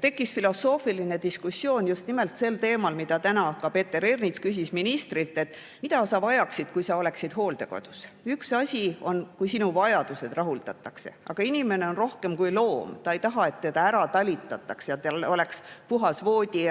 Tekkis filosoofiline diskussioon just nimelt sel teemal, mille kohta täna ka Peeter Ernits ministrilt küsis: mida sa vajaksid, kui sa oleksid hooldekodus? Üks asi on see, kui sinu vajadused rahuldatakse. Aga inimene on rohkem kui loom, ta ei taha, et teda [ainult] ära talitataks ja et tal oleks [üksnes] puhas voodi